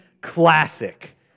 classic